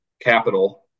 capital